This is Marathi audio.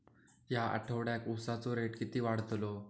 या आठवड्याक उसाचो रेट किती वाढतलो?